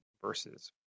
versus